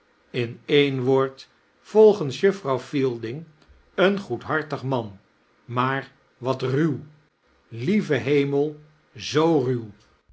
in een woord volge-ns juffrouw eielding een goedhartig man maar wat ruw lieve heanel zoo ruw